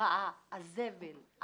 בגלל הזבל,